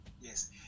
Yes